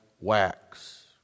wax